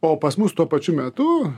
o pas mus tuo pačiu metu